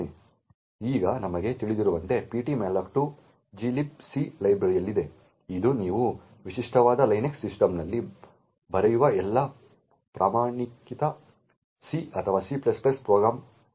ಈಗ ನಮಗೆ ತಿಳಿದಿರುವಂತೆ ptmalloc2 gilibc ಲೈಬ್ರರಿಯಲ್ಲಿದೆ ಇದು ನೀವು ವಿಶಿಷ್ಟವಾದ Linux ಸಿಸ್ಟಂನಲ್ಲಿ ಬರೆಯುವ ಎಲ್ಲಾ ಪ್ರಮಾಣಿತ C ಅಥವಾ C ಪ್ರೋಗ್ರಾಂಗಳೊಂದಿಗೆ ಲಿಂಕ್ ಮಾಡಲಾಗಿದೆ